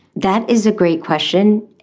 that is a great question.